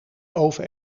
oven